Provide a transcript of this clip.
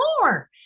more